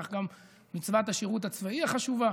וכך גם מצוות השירות הצבאי חשובה.